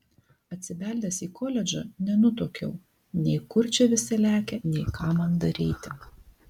atsibeldęs į koledžą nenutuokiau nei kur čia visi lekia nei ką man daryti